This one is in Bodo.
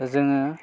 जोङो